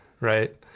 Right